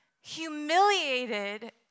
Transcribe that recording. humiliated